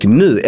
nu